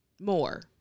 more